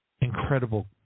incredible